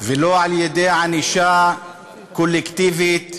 ולא על-ידי ענישה קולקטיבית.